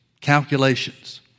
calculations